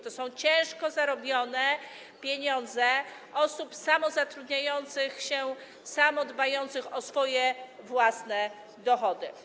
To są ciężko zarobione pieniądze osób samozatrudniających się, samodbających o swoje dochody.